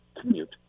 commute